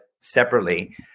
separately